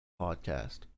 podcast